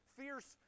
fierce